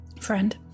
friend